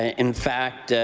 ah in fact,